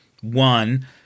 one